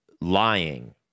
lying